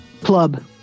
club